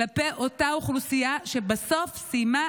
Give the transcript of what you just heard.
הלוואי שכולם יהיו כמוך.